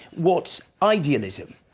what's idealism?